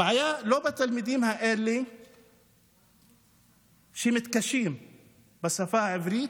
הבעיה היא לא בתלמידים האלה שמתקשים בשפה העברית,